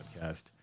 podcast